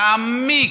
להעמיק,